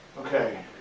okay,